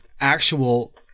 actual